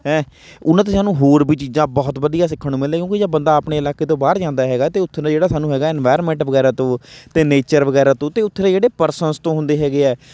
ਹੈਂ ਉਹਨਾਂ ਤੋਂ ਸਾਨੂੰ ਹੋਰ ਵੀ ਚੀਜ਼ਾਂ ਬਹੁਤ ਵਧੀਆ ਸਿੱਖਣ ਨੂੰ ਮਿਲਦੀਆਂ ਕਿਉਂਕਿ ਜੇ ਬੰਦਾ ਆਪਣੇ ਇਲਾਕੇ ਤੋਂ ਬਾਹਰ ਜਾਂਦਾ ਹੈਗਾ ਅਤੇ ਉੱਥੋਂ ਦਾ ਜਿਹੜਾ ਸਾਨੂੰ ਹੈਗਾ ਇਮਵਾਇਰਮੈਂਟ ਵਗੈਰਾ ਤੋਂ ਅਤੇ ਨੇਚਰ ਵਗੈਰਾ ਤੋਂ ਅਤੇ ਉੱਥੇ ਦੇ ਜਿਹੜੇ ਪਰਸਨਸ ਤੋਂ ਹੁੰਦੇ ਹੈਗੇ ਹੈ